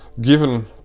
Given